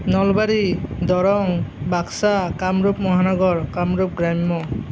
নলবাৰী দৰং বাক্সা কামৰূপ মহানগৰ কামৰূপ গ্ৰাম্য